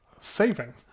saving